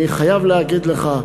אני חייב להגיד לך,